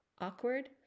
Awkward